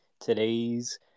today's